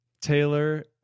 Taylor